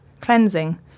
cleansing